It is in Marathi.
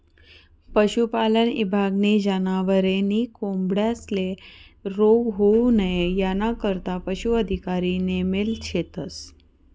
पशुपालन ईभागनी जनावरे नी कोंबड्यांस्ले रोग होऊ नई यानाकरता पशू अधिकारी नेमेल शेतस